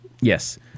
Yes